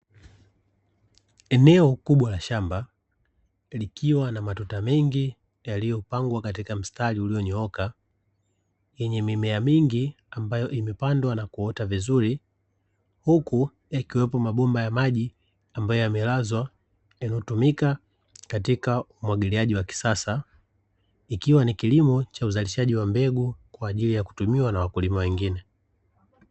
Eneo kubwa la shamba, likiwa na matuta mengi yaliyopangwa katika mstari ulionyooka, yenye mimea mingi ambayo imepandwa na kuota vizuri, huku yakiwepo mabomba ya maji ambayo yamelazwa, yanayotumika katika umwagiliaji wa kisasa, ikiwa ni kilimo cha uzalishaji wa mbegu kwa ajili ya kutumiwa na wakulima wengine.